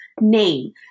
name